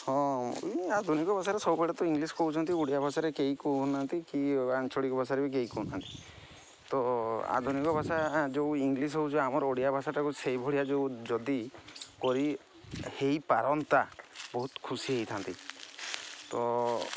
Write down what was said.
ହଁ ଏହି ଆଧୁନିକ ଭାଷାରେ ସବୁବେଳେ ତ ଇଂଲିଶ୍ କହୁଛନ୍ତି ଓଡ଼ିଆ ଭାଷାରେ କେହି କହୁନାହାନ୍ତି କି ଆଞ୍ଚଳିକ ଭାଷାରେ ବି କେହି କହୁନାହାନ୍ତି ତ ଆଧୁନିକ ଭାଷା ଯେଉଁ ଇଂଲିଶ୍ ହେଉଛି ଆମର ଓଡ଼ିଆ ଭାଷାଟାକୁ ସେହିଭଳିଆ ଯେଉଁ ଯଦି କରି ହୋଇପାରନ୍ତା ବହୁତ ଖୁସି ହୋଇଥାନ୍ତି ତ